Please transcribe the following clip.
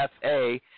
FA